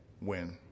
win